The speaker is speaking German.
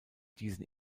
diesen